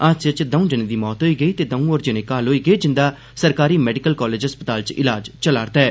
हादसे च दौं जनें दी मौत होई गेई ते दौं होर जने घाऽल होई गे जिंदा सरकारी मैडिकल कालेज अस्पताल च इलाज चलारदा ऐ